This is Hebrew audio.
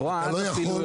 אתה לא יכול --- את רואה?